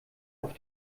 auf